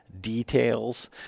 details